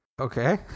Okay